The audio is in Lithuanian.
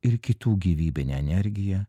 ir kitų gyvybinę energiją